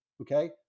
okay